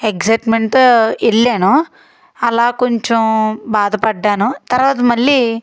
ఎగ్జైట్మెంట్తో వెళ్ళానో అలా కొంచెం బాధపడ్డాను తర్వాత మళ్లీ